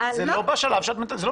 זה לא בשלב שאת מתקנת.